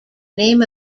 name